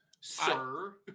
Sir